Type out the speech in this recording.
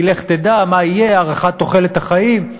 כי לך תדע מה יהיה, הארכת תוחלת החיים.